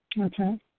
Okay